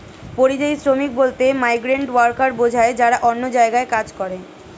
পরিযায়ী শ্রমিক বলতে মাইগ্রেন্ট ওয়ার্কার বোঝায় যারা অন্য জায়গায় কাজ করে